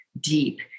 deep